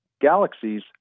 galaxies